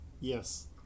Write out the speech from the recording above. Yes